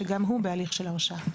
שגם הוא בהליך של הרשאה.